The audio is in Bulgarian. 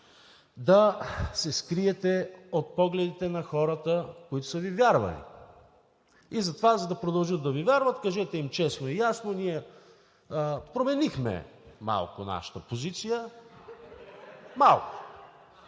да се скриете от погледите на хората, които са Ви вярвали. Затова, за да продължат да Ви вярват, кажете им честно и ясно – ние променихме малко нашата позиция (смях